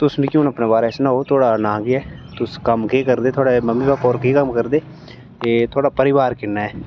तुस मिकी अपने बारे सुनाओ थुआड़ा नांऽ केह् ऐ तुस कम्म केह् करदे थुआड़े मम्मी पापा होर केह् कम्म करदे ऐ ते थुआड़ा परिवार किन्ना ऐ